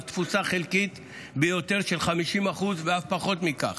תפוסה חלקית ביותר של 50% ואף פחות מכך.